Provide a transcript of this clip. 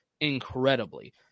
incredibly